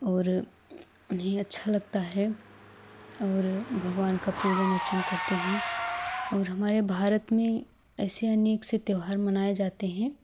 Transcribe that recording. और उन्हें अच्छा लगता है और भगवान का पूजन अर्चना करते हें और हमारे भारत में ऐसे अनेक से त्योहार मनाए जाते हें